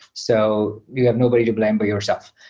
so you have nobody to blame but yourself.